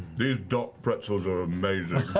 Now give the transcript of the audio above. these dock pretzels are amazing.